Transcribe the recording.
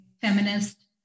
feminist